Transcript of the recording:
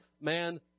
man